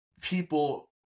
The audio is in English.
people